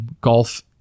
golf